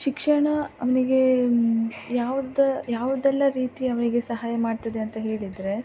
ಶಿಕ್ಷಣ ಅವನಿಗೆ ಯಾವುದು ಯಾವುದೆಲ್ಲ ರೀತಿ ಅವನಿಗೆ ಸಹಾಯ ಮಾಡ್ತದೆ ಅಂತ ಹೇಳಿದರೆ